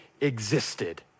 existed